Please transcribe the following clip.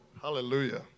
Hallelujah